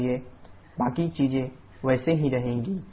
इसलिए WactualT Wisentropic0810010780086 kJkg बाकी चीजें वैसी ही रहेंगी